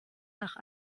nach